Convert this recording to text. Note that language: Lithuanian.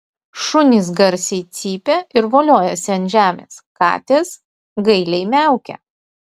šunys garsiai cypia ir voliojasi ant žemės katės gailiai miaukia